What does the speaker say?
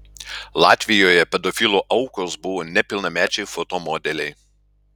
latvijoje pedofilų aukos buvo nepilnamečiai foto modeliai